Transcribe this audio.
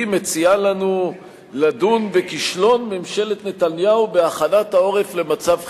מציעה לנו לדון בכישלון ממשלת נתניהו בהכנת העורף למצב חירום.